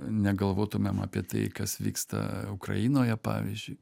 negalvotumėm apie tai kas vyksta ukrainoje pavyzdžiui